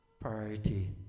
priority